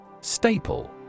Staple